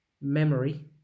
memory